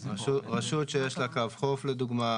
רשות שיש לה קו חוף לדוגמה,